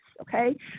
okay